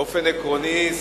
באופן עקרוני,